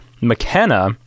McKenna